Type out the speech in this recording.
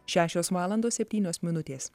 šešios valandos septynios minutės